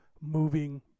moving